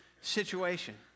situation